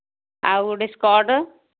ଆଉ ଗୋଟେ ସ୍କଟ୍